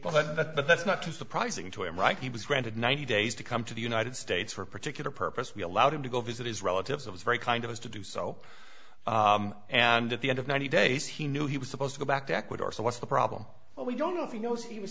states but that's not too surprising to him right he was granted ninety days to come to the united states for a particular purpose we allowed him to go visit his relatives it was very kind of us to do so and at the end of ninety days he knew he was supposed to go back to ecuador so what's the problem what we don't know if you know if he was